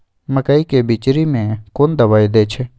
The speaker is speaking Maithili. मकई के बिचरी में कोन दवाई दे छै?